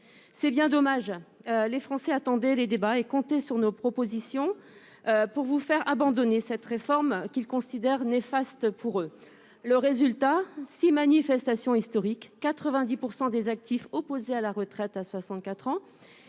C'est bien dommage. Les Français attendaient nos débats et comptaient sur nos propositions pour vous faire abandonner cette réforme, qu'ils considèrent comme néfaste pour eux. Pour quel résultat ? Six manifestations historiques, 90 % des actifs opposés à la retraite à 64 ans,